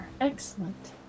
excellent